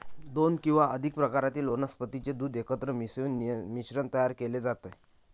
दोन किंवा अधिक प्रकारातील वनस्पतीचे दूध एकत्र मिसळून मिश्रण तयार केले जाते